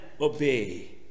obey